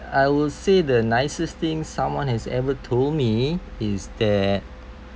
I will say the nicest thing someone has ever told me is that